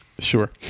sure